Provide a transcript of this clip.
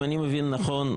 אם אני מבין נכון,